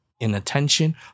inattention